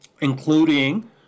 including